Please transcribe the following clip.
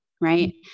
right